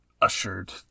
Ushered